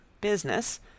business